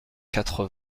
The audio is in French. quatre